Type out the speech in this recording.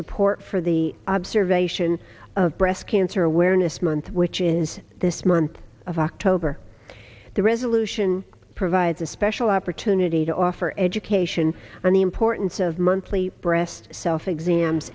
support for the observation of breast cancer awareness month which is this month of october the resolution provides a special opportunity to offer education on the importance of monthly breast self exams